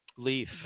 Leaf